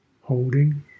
holding